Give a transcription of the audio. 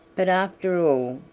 but after all,